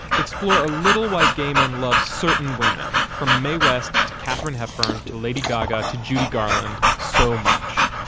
explore a little why gaiman loves certain women from mae west to katharine hepburn to lady gaga to judy garland. so much